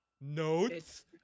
notes